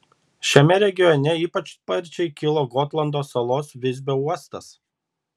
šiame regione ypač sparčiai kilo gotlando salos visbio uostas